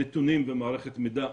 נתונים ומערכת מידע,